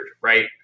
right